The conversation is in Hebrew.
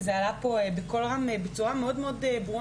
זה עלה פה בקול רם בצורה מאוד ברורה,